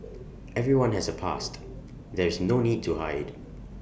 everyone has A past there is no need to hide